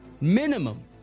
minimum